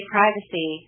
Privacy